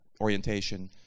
orientation